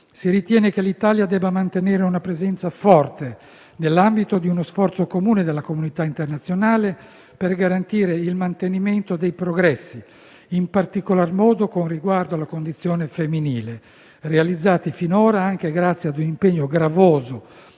si ritiene che l'Italia debba mantenere una presenza forte nell'ambito di uno sforzo comune della comunità internazionale per garantire il mantenimento dei progressi, in particolar modo con riguardo alla condizione femminile, realizzati finora anche grazie a un impegno gravoso